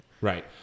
Right